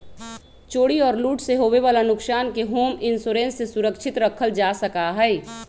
चोरी और लूट से होवे वाला नुकसान के होम इंश्योरेंस से सुरक्षित रखल जा सका हई